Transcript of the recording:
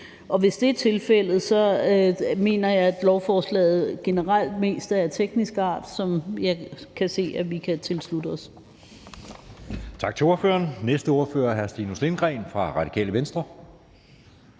Og hvis det er tilfældet, mener jeg, at lovforslaget generelt mest er af teknisk art og noget, som jeg kan se at vi kan tilslutte os.